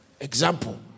Example